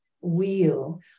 wheel